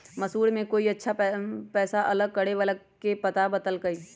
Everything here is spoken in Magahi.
मैसूर में कोई अच्छा पैसा अलग करे वाला के पता बतल कई